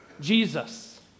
Jesus